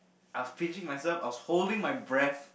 I was pinching myself I was holding my breath